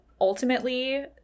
ultimately